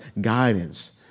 guidance